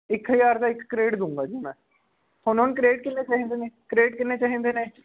ਇੱਕ ਹਜ਼ਾਰ ਦਾ ਇੱਕ ਕਰੇਟ ਦਊਂਗਾ ਜੀ ਮੈਂ ਤੁਹਾਨੂੰ ਹੁਣ ਕਰੇਟ ਕਿੰਨੇ ਚਾਹੀਦੇ ਨੇ ਕਰੇਟ ਕਿੰਨੇ ਚਾਹੀਦੇ ਨੇ